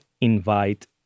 invite